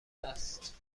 است